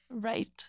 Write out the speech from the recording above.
Right